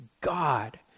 God